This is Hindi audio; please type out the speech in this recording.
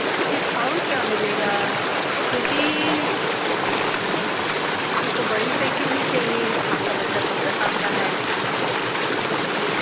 कुछ डिस्काउंट क्या मिलेगा क्योंकि अब आपको बड़ी साइकिल भी चाहिए आपका बच्चा पंद्रह साल का है तो